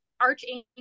archangel